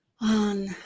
on